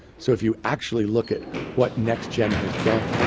so if you actually look at what nextgen has done,